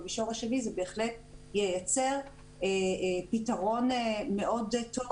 במישור השני זה בהחלט ייצר פתרון מאוד טוב